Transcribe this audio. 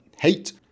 hate